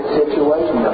situation